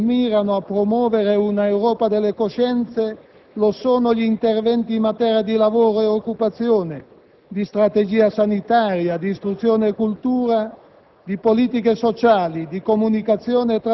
ma forse ancora più importanti, perché mirano a promuovere un'Europa delle coscienze, lo sono gli interventi in materia di lavoro e occupazione, di strategia sanitaria, di istruzione e cultura,